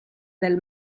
del